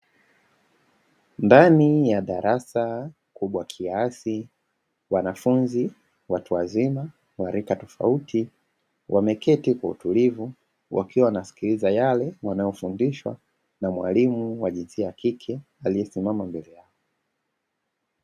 Ndani ya darasa kubwa kiasi, wanafunzi, watu wazima wa rika tofauti wameketi kwa utulivu wakiwa wanasikiliza yale wanayofundishwa na mwalimu wa jinsia ya kike aliyesimama mbele yao.